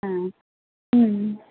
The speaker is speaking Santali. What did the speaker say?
ᱦᱮᱸ ᱦᱩᱸ